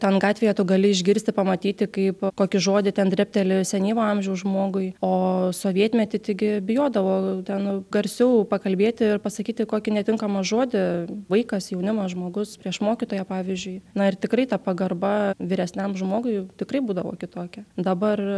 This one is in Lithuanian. ten gatvėje tu gali išgirsti pamatyti kaip kokį žodį ten drėbtelėjo senyvo amžiaus žmogui o sovietmety taigi bijodavo ten garsiau pakalbėti ir pasakyti kokį netinkamą žodį vaikas jaunimas žmogus prieš mokytoją pavyzdžiui na ir tikrai ta pagarba vyresniam žmogui tikrai būdavo kitokia dabar